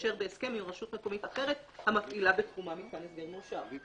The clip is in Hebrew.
תתקשר בהסכם עם רשות מקומית אחרת המפעילה בתחומה מיתקן הסגר מאושר.